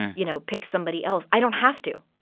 you know, pick somebody else. i don't have to.